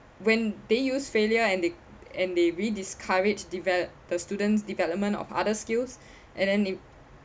when they use failure and they and they really discouraged develop the students' development of other skills and then